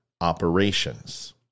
operations